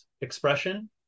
expression